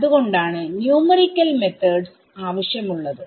അത്കൊണ്ടാണ് ന്യൂമറിക്കൽ മെത്തോഡ്സ്ആവശ്യം ഉള്ളത്